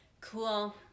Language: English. Cool